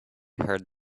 heard